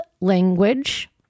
language